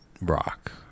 rock